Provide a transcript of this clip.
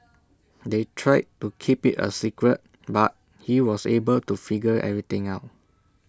they tried to keep IT A secret but he was able to figure everything out